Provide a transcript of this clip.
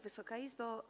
Wysoka Izbo!